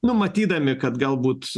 nu matydami kad galbūt